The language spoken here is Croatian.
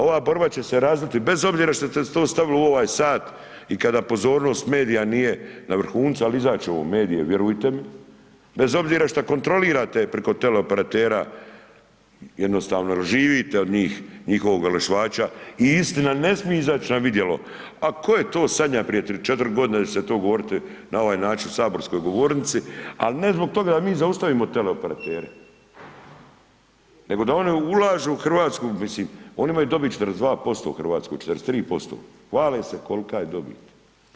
Ova borba će se razviti bez obzira što ste to stavili u ovaj sat i kada pozornost medija nije na vrhuncu, ali izaći će ovo u medije, vjerujte mi, bez obzira što kontrolirate preko teleoperatera jednostavno jer živite od njih i njihovog ... i istina ne smije izaći na vidjelo, a tko je to sanjao prije 3, 4 godine da će se to govoriti na ovaj način u saborskoj govornici, ali ne zbog toga da mi zaustavimo teleoperatere, nego da oni ulažu u Hrvatsku, mislim, oni imaju dobit 42%, 43%, hvale se kolika je dobit.